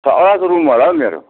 छवटाको room होला हौ मेरो